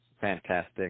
Fantastic